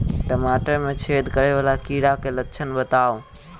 टमाटर मे छेद करै वला कीड़ा केँ लक्षण बताउ?